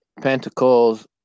pentacles